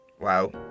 Wow